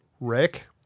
Rick